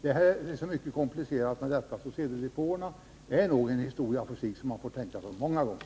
Det är så många komplicerade faktorer i detta, och därför är frågan om att flytta över sedeldepåerna något som man måste överväga många gånger.